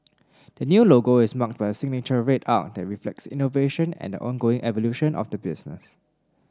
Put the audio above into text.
the new logo is marked by a signature red arc that reflects innovation and the ongoing evolution of the business